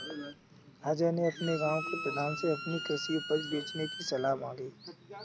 अजय ने अपने गांव के प्रधान से अपनी कृषि उपज बेचने की सलाह मांगी